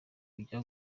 kujya